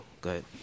good